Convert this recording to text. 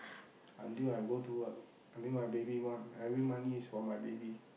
until I go work until my baby born every money is for my baby